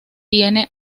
tiene